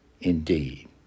indeed